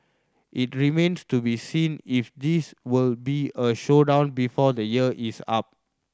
it remains to be seen if this will be a showdown before the year is up